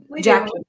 Jackie